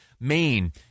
Maine